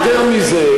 מזה,